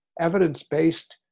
evidence-based